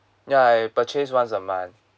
ya I purchase once a month